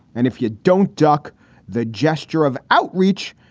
and if you don't duck the gesture of outreach,